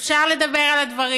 אפשר לדבר על הדברים.